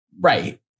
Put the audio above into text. Right